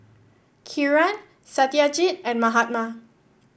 Kiran Satyajit and Mahatma